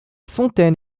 fontaine